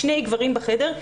שני גברים בחדר,